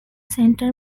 central